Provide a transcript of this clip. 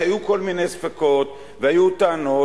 כי היו כל מיני ספקות והיו טענות,